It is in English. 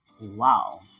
Wow